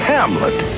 Hamlet